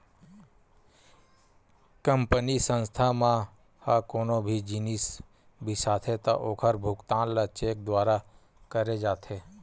company, संस्था मन ह कोनो भी जिनिस बिसाथे त ओखर भुगतान ल चेक दुवारा करे जाथे